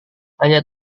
hanya